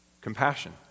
Compassion